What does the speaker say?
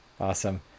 Awesome